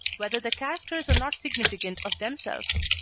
whether the characters are not significant of themselves.